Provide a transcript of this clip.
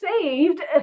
saved